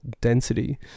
density